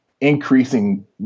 increasing